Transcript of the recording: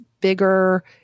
bigger